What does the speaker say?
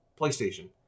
PlayStation